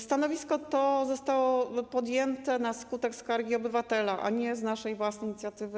Stanowisko to zostało przyjęte na skutek skargi obywatela, a nie z naszej własnej inicjatywy.